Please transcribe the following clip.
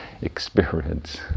experience